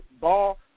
ball